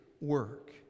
work